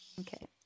Okay